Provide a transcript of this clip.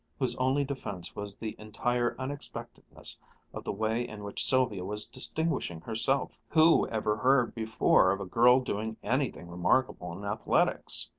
whose only defense was the entire unexpectedness of the way in which sylvia was distinguishing herself. who ever heard before of a girl doing anything remarkable in athletics?